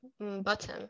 bottom